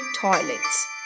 toilets